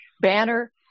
banner